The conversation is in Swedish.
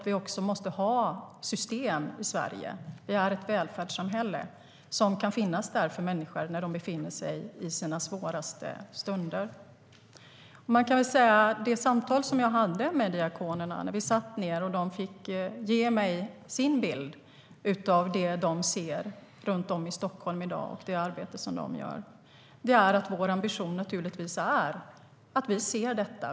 Vi måste ha system i Sverige - vi är ett välfärdssamhälle - som kan finnas där för människor när de befinner sig i sina svåraste stunder. Vid mitt samtal med diakonerna fick de ge mig sin bild av det som de ser runt om i Stockholm i dag och berätta om sitt arbete. Jag sade att vi naturligtvis har en ambition.